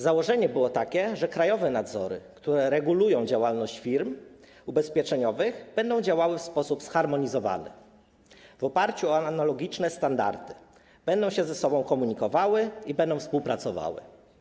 Założenie było takie, że krajowe nadzory, które regulują działalność firm ubezpieczeniowych, będą działały w sposób zharmonizowany, w oparciu o analogiczne standardy, będą się ze sobą komunikowały i będą współpracowały.